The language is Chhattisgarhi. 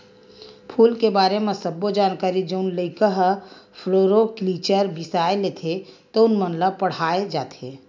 फूल के बारे म सब्बो जानकारी जउन लइका ह फ्लोरिकलचर बिसय लेथे तउन मन ल पड़हाय जाथे